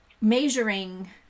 measuring